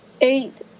Eight